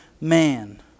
man